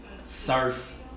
surf